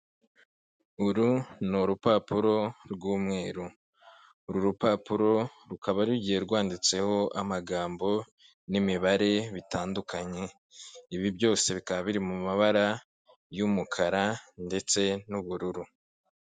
Uru ni urupapuro rw'umweru, uru rupapuro rukaba rugiye rwanditseho amagambo n'imibare bitandukanye, ibi byose bikaba biri mu mabara y'umukara ndetse n'ubururu.